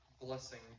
blessing